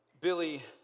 Billy